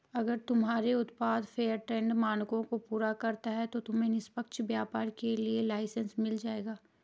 अगर तुम्हारे उत्पाद फेयरट्रेड मानकों को पूरा करता है तो तुम्हें निष्पक्ष व्यापार के लिए लाइसेन्स मिल जाएगा